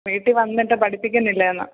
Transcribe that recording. വീട്ടില് വന്നിട്ട് പഠിപ്പിക്കുന്നില്ലേന്ന്